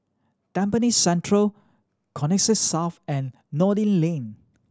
Tampines Central Connexis South and Noordin Lane